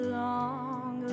long